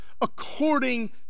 according